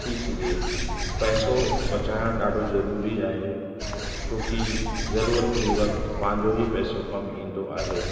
थी सघे पैसो बचाइण ॾाढो ज़रूरी आहे छो कि ज़रूरत जे वक़्ति पंहिंजो हीउ पैसो कम ईंदो आहे